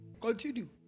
Continue